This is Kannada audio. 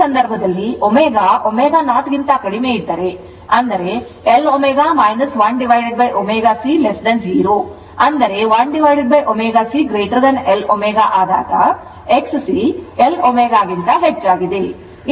ಈ ಸಂದರ್ಭದಲ್ಲಿ ω ω0 ಕ್ಕಿಂತ ಕಡಿಮೆಯಿದ್ದರೆ ಅಂದರೆ L ω 1ω C 0 ಅಂದರೆ 1ω C Lω ಆದಾಗ XC L ω ಗಿಂತ ಹೆಚ್ಚಾಗಿದೆ